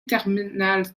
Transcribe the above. terminal